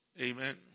Amen